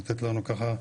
לתת לנו ככה,